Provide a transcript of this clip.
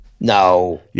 No